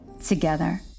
together